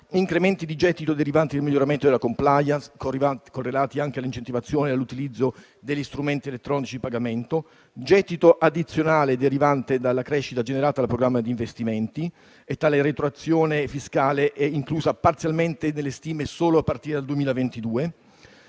incrementi di gettito derivanti dal miglioramento della *compliance*, correlati anche all'incentivazione all'utilizzo degli strumenti elettronici di pagamento; gettito addizionale derivante dalla crescita generata dal programma di investimenti (tale retroazione fiscale è inclusa, parzialmente, nelle stime solo a partire dal 2022);